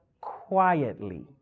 quietly